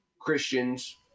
Christians